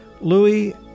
Louis